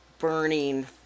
burning